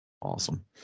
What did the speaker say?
Awesome